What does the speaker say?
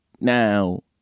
now